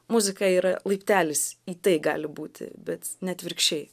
muzika yra laiptelis į tai gali būti bet ne atvirkščiai